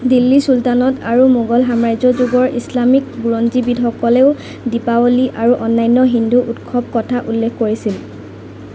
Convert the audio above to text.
দিল্লী চুলতানট আৰু মোগল সাম্ৰাজ্য যুগৰ ইছলামিক বুৰঞ্জীবিদসকলেও দীপাৱলী আৰু অন্যান্য হিন্দু উৎসৱ কথা উল্লেখ কৰিছিল